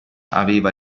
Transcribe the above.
aveva